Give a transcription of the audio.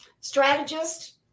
strategist